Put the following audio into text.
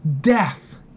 death